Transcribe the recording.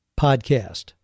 podcast